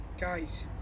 Guys